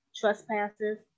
trespasses